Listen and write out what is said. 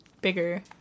bigger